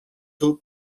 two